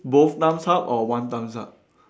both thumbs up or one thumbs up